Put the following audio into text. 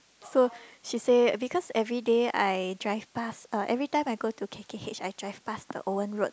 so she say because everyday I drive past uh every time I go to K_K_H I drive past the Owen-Road